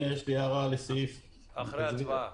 הצבעה